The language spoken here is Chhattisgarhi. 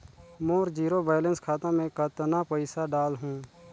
मोर जीरो बैलेंस खाता मे कतना पइसा डाल हूं?